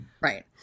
right